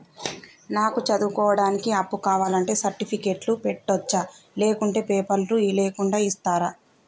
నాకు చదువుకోవడానికి అప్పు కావాలంటే సర్టిఫికెట్లు పెట్టొచ్చా లేకుంటే పేపర్లు లేకుండా ఇస్తరా?